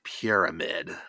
pyramid